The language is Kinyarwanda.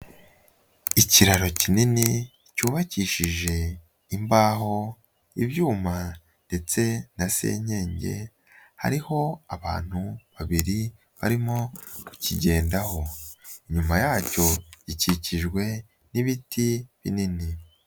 Ikiraro kinini cyubakishije imbaho ibyuma, ndetse na senyenge hariho abantu babiri barimo ku kukigendaho, inyuma yacyo gikikijwe n'ibiti binini.